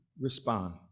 respond